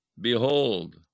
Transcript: Behold